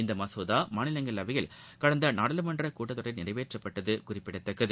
இம்மசோதா மாநிலங்களவையில் நாடாளுமன்றக் கூட்டத்தொடரில் நிறைவேற்றப்பட்டது குறிப்பிடத்தக்ககு